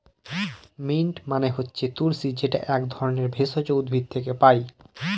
mint মানে হচ্ছে তুলশী যেটা এক ধরনের ভেষজ উদ্ভিদ থেকে পায়